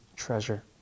treasure